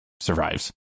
survives